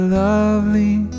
lovely